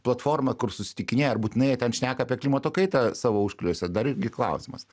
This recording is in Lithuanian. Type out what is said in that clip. platforma kur susitikinėja ar būtinai ten šneka apie klimato kaitą savo užkulisiuose dar irgi klausimas